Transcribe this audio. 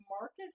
Marcus